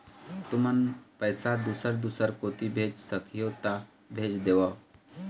तुमन पैसा दूसर दूसर कोती भेज सखीहो ता भेज देवव?